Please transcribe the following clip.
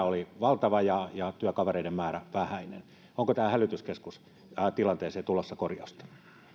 oli valtava ja ja työkavereiden määrä vähäinen onko tähän hälytyskeskustilanteeseen tulossa korjausta